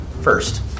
first